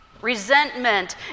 resentment